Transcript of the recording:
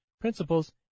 principles